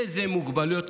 אילו מוגבלויות,